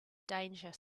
danger